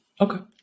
Okay